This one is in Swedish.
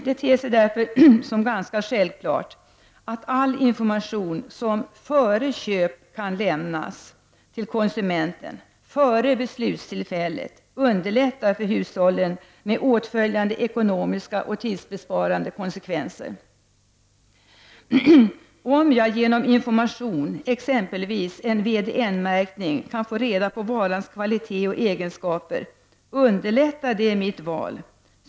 Det ter sig därför ganska självklart att all information som före köpet, före beslutstillfället, kan lämnas till konsumenten underlättar för hushållen, med åtföljande ekonomiska och tidsbesparande konsekvenser. Om jag genom information, exempelvis en VDN-märkning, kan få reda på varans kvalitet och egenskaper underlättar det mitt val.